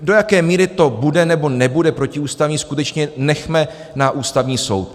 Do jaké míry to bude, nebo nebude protiústavní, skutečně nechme na Ústavní soud.